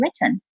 written